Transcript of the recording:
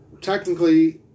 technically